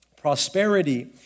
Prosperity